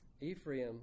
Ephraim